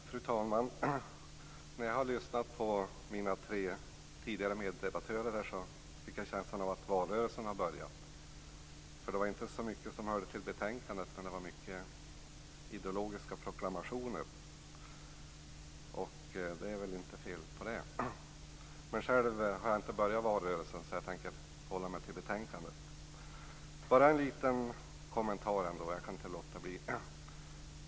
Fru talman! När jag har lyssnat på mina tre tidigare meddebattörer, har jag fått känslan av att valrörelsen har börjat. Det var inte så mycket som hörde till betänkandet, men många ideologiska proklamationer. Det är väl inte fel. Men själv har jag inte påbörjat valrörelsen, så jag tänker hålla mig till betänkandet. Bara en liten kommentar. Jag kan inte låta bli.